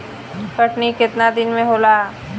कटनी केतना दिन मे होला?